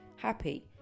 Happy